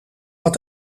wat